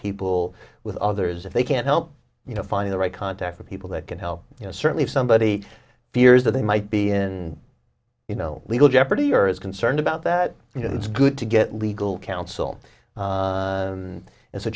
people with others if they can help you know find the right contact for people that can help you know certainly if somebody fears that they might be in you know legal jeopardy or is concerned about that you know it's good to get legal counsel